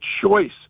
choice